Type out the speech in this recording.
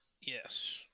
Yes